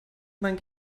mein